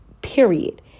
period